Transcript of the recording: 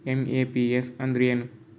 IMPS ಅಂದ್ರ ಏನು?